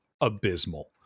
abysmal